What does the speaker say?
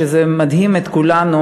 וזה מדהים את כולנו,